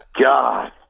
God